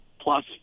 plus